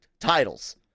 titles